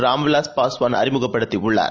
Ram Vilas Paswan அழிமுகப்படுத்தியுள்ளார்